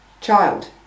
child